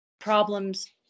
problems